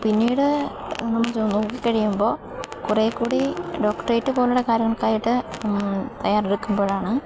പിന്നീട് നമ്മൾ നോക്കി കഴിയുമ്പോൾ കുറേ കൂടി ഡോക്ടറേട്ട് പോലെയുള്ള കാര്യങ്ങൾക്കായിട്ട് തയ്യാറെടുക്കുമ്പോഴാണ്